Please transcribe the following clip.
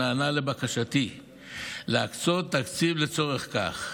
שנענה לבקשתי להקצות תקציב לצורך זה.